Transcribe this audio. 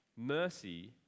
mercy